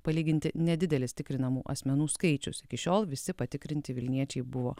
palyginti nedidelis tikrinamų asmenų skaičius iki šiol visi patikrinti vilniečiai buvo